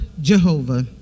Jehovah